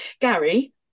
Gary